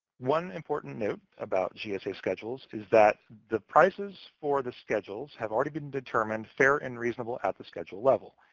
one important note about gsa schedules is that the prices for the schedules have already been determined fair and reasonable at the schedule level.